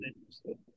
interesting